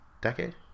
Decade